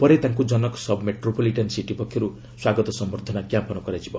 ପରେ ତାଙ୍କୁ ଜନକ ସବ୍ମେଟ୍ରୋପଲିଟାନ୍ ସିଟି ପକ୍ଷରୁ ତାଙ୍କୁ ସ୍ୱାଗତ ସମ୍ଭର୍ଦ୍ଧନା ଜ୍ଞାପନ କରାଯିବ